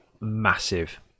massive